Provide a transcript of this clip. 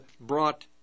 brought